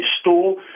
store